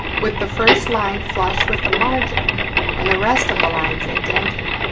with the first line flush with the margin and the rest of the lines indented.